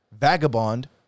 Vagabond